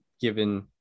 given